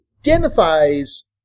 identifies